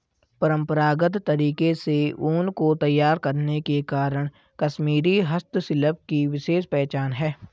परम्परागत तरीके से ऊन को तैयार करने के कारण कश्मीरी हस्तशिल्प की विशेष पहचान है